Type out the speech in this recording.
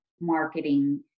marketing